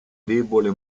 debole